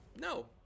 No